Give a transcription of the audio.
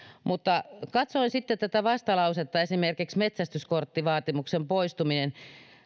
mutta kun katsoin sitten tätä vastalausetta esimerkiksi metsästyskorttivaatimuksen poistuminen